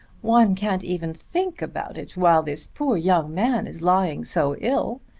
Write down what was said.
one can't even think about it while this poor young man is lying so ill.